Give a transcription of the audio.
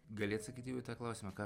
gali atsakyt jau į tą klausimą ką